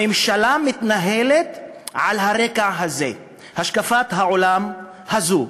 הממשלה מתנהלת על הרקע הזה, השקפת העולם הזאת.